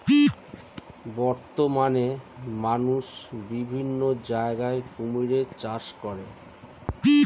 বর্তমানে মানুষ বিভিন্ন জায়গায় কুমিরের চাষ করে